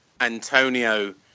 Antonio